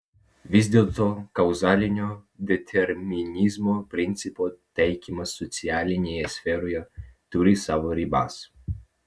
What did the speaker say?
vis dėlto kauzalinio determinizmo principo taikymas socialinėje sferoje turi savo ribas